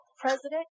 president